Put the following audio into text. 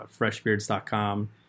FreshBeards.com